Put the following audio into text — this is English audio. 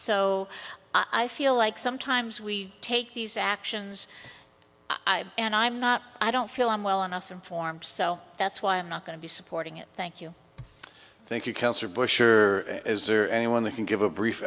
so i feel like sometimes we take these actions and i'm not i don't feel i'm well enough informed so that's why i'm not going to be supporting it thank you thank you culture bush is there anyone that can give a brief